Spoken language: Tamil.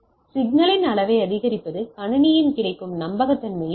சிக்னலின் அளவை அதிகரிப்பது கணினியின் கிடைக்கும் நம்பகத்தன்மையை குறைக்கும்